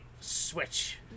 switch